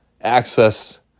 access